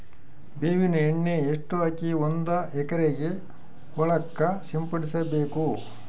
ಬೇವಿನ ಎಣ್ಣೆ ಎಷ್ಟು ಹಾಕಿ ಒಂದ ಎಕರೆಗೆ ಹೊಳಕ್ಕ ಸಿಂಪಡಸಬೇಕು?